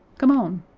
come on.